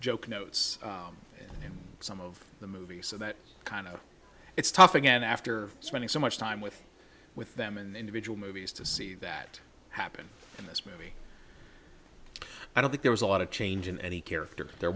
joke notes and some of the movie so that kind of it's tough again after spending so much time with with them and individual movies to see that happen in this movie i don't think there was a lot of change in any character there